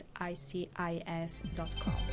icis.com